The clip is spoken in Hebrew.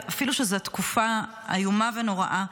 אפילו שזו תקופה איומה ונוראה,